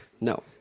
No